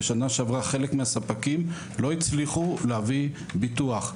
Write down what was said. בשנה שעברה חלק מהספקים לא הצליחו להביא ביטוח.